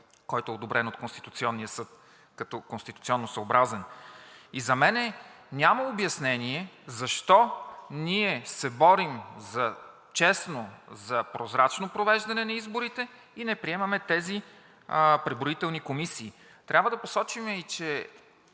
който е одобрен от Конституционния съд като конституционосъобразен. И за мен няма обяснение защо ние се борим за честно, за прозрачно провеждане на изборите и не приемаме тези преброителни комисии. Трябва да посочим и аз